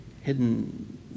hidden